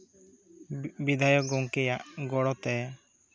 ᱵᱤᱫᱷᱟᱭᱚᱠ ᱜᱚᱢᱠᱮᱭᱟᱜ ᱜᱚᱲᱚᱛᱮ